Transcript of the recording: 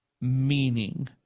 meaning